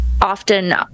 often